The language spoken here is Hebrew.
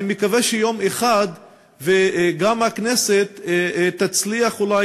אני מקווה שיום אחד גם הכנסת תצליח אולי